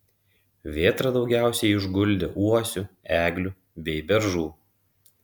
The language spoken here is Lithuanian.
vėtra daugiausiai išguldė uosių eglių bei beržų